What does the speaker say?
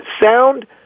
sound